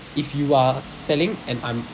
if you are selling and I'm